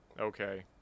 okay